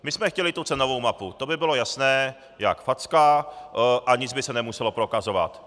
My jsme chtěli cenovou mapu, to by bylo jasné jak facka a nic by se nemuselo prokazovat.